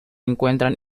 encuentran